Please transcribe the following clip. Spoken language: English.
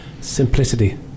Simplicity